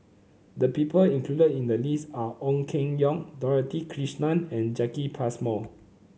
the people included in the list are Ong Keng Yong Dorothy Krishnan and Jacki Passmore